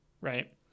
Right